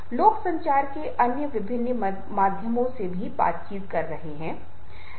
तो उत्साह एक संक्रामक है यदि कोई नेता अपने काम के बारे में उत्साही है तो दूसरों को प्रेरित करना बहुत आसान है